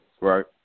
Right